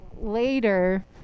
later